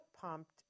pumped